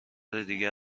دیگر